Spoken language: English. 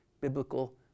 biblical